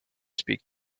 speak